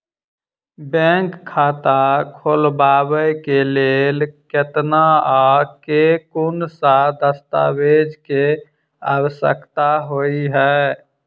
Bank खाता खोलबाबै केँ लेल केतना आ केँ कुन सा दस्तावेज केँ आवश्यकता होइ है?